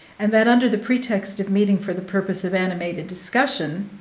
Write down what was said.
and that, under the pretext of meeting for the purpose of animated discussion,